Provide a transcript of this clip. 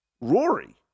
Rory